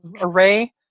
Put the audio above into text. array